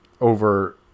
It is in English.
over